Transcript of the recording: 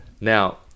Now